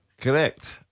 Correct